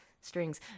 strings